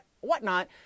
whatnot